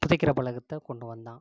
புதைக்கிற பழக்கத்தை கொண்டு வந்தான்